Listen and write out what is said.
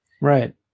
Right